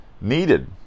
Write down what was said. needed